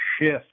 shift